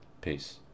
Peace